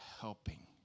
Helping